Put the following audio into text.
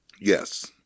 Yes